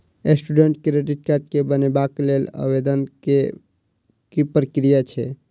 Student credit card बनेबाक लेल आवेदन केँ की प्रक्रिया छै?